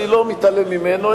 אני לא מתעלם ממנו,